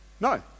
no